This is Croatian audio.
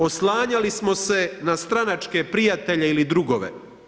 Oslanjali smo se na stranačke prijatelje ili drugove.